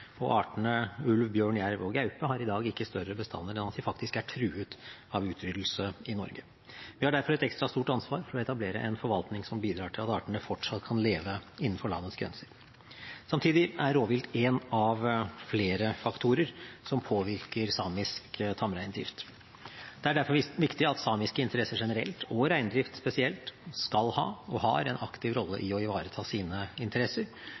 og artene ulv, bjørn, jerv og gaupe har i dag ikke større bestander enn at de faktisk er truet av utryddelse i Norge. Vi har derfor et ekstra stort ansvar for å etablere en forvaltning som bidrar til at artene fortsatt kan leve innenfor landets grenser. Samtidig er rovvilt én av flere faktorer som påvirker samisk tamreindrift. Det er derfor viktig at samiske interesser generelt og reindrift spesielt skal ha og har en aktiv rolle i å ivareta sine interesser,